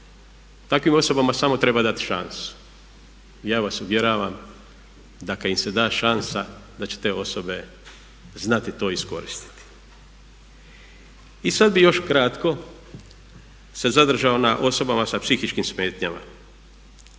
Takvim osobama samo treba dati šansu i ja vas uvjeravam da kad im se da šansa da će te osobe znati to iskoristiti. I sad bih još kratko se zadržao na osobama sa psihičkim smetnjama.